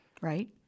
Right